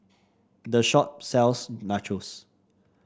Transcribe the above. the shop sells Nachos